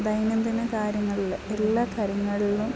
ദൈനംദിന കാര്യങ്ങളിൽ എല്ലാ കാര്യങ്ങളിലും